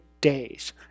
days